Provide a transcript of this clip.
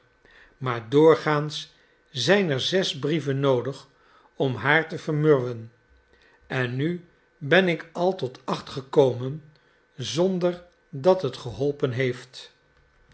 maar doorgaans zijn er zes brieven noodig om haar te vermurwen en nu ben ik al tot acht gekomen zonder dat het geholpen heeft